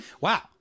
Wow